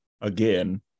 again